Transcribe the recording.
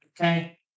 Okay